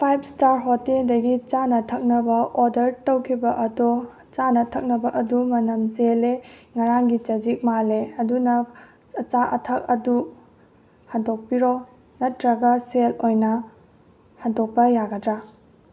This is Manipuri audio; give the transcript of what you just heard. ꯐꯥꯏꯚ ꯁ꯭ꯇꯥꯔ ꯍꯣꯇꯦꯜꯗꯒꯤ ꯆꯥꯅ ꯊꯛꯅꯕ ꯑꯣꯔꯗꯔ ꯇꯧꯈꯤꯕ ꯑꯗꯣ ꯆꯥꯅ ꯊꯛꯅꯕ ꯑꯗꯨ ꯃꯅꯝ ꯆꯦꯜꯂꯦ ꯉꯔꯥꯡꯒꯤ ꯆꯖꯤꯛ ꯃꯥꯜꯂꯦ ꯑꯗꯨꯅ ꯑꯆꯥ ꯑꯊꯛ ꯑꯗꯨ ꯍꯟꯗꯣꯛꯄꯤꯔꯣ ꯅꯠꯇ꯭ꯔꯒ ꯁꯦꯜ ꯑꯣꯏꯅ ꯍꯟꯗꯣꯛꯄ ꯌꯥꯒꯗ꯭ꯔꯥ